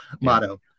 motto